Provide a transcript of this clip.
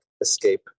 escape